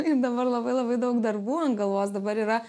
ir dabar labai labai daug darbų ant galvos dabar yra